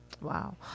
Wow